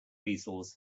easels